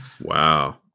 Wow